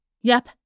Yep